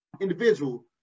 individual